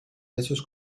presos